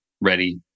ready